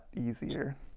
easier